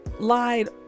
lied